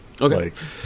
Okay